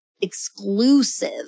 exclusive